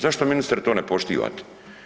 Zašto ministre to ne poštivate?